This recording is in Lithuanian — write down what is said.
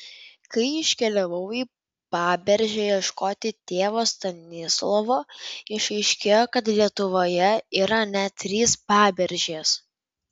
kai iškeliavau į paberžę ieškoti tėvo stanislovo išaiškėjo kad lietuvoje yra net trys paberžės